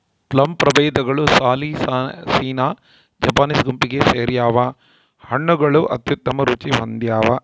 plum ಪ್ರಭೇದಗಳು ಸಾಲಿಸಿನಾ Japanese ಗುಂಪಿಗೆ ಸೇರ್ಯಾವ ಹಣ್ಣುಗಳು ಅತ್ಯುತ್ತಮ ರುಚಿ ಹೊಂದ್ಯಾವ